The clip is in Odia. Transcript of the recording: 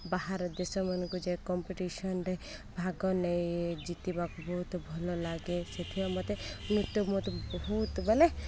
ବାହାର ଦେଶମାନଙ୍କୁ ଯାଏ କମ୍ପିଟିସନ୍ରେ ଭାଗ ନେଇ ଜିତିବାକୁ ବହୁତ ଭଲ ଲାଗେ ସେଥିପାଇଁ ମୋତେ ନୃତ୍ୟ ମୋତେ ବହୁତ ମାନେ